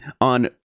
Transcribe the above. on